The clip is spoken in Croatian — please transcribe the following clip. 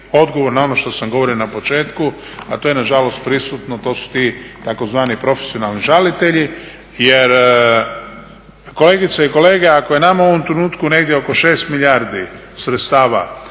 na ono što sam govorio na početku, a to je na žalost prisutno, to su ti tzv. profesionalni žalitelji. Jer kolegice i kolege, ako je nama u ovom trenutku negdje oko 6 milijardi sredstava